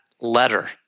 letter